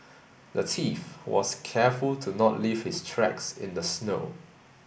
the thief was careful to not leave his tracks in the snow